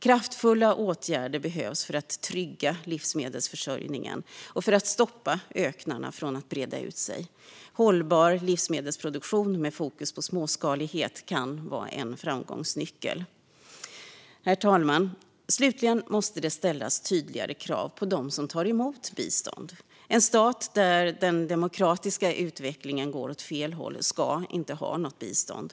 Kraftfulla åtgärder behövs för att trygga livsmedelsförsörjningen och för att stoppa öknarna från att breda ut sig. Hållbar livsmedelsproduktion med fokus på småskalighet kan vara en framgångsnyckel. Slutligen, herr talman, måste det ställas tydligare krav på dem som tar emot bistånd. En stat där den demokratiska utvecklingen går åt fel håll ska inte ha något bistånd.